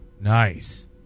Nice